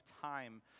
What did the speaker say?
time